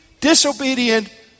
disobedient